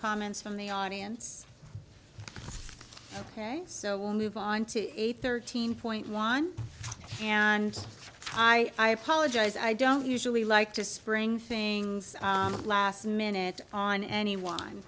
comments from the audience ok so we'll move on to eight thirteen point one and i i apologize i don't usually like to spring things last minute on anyone